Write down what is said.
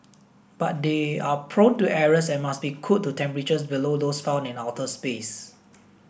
but they are prone to errors and must be cooled to temperatures below those found in outer space